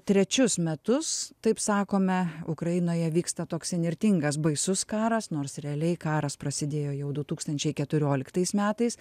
trečius metus taip sakome ukrainoje vyksta toks įnirtingas baisus karas nors realiai karas prasidėjo jau du tūkstančiai keturioliktais metais